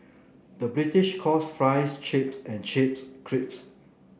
the British calls fries chips and chips crisps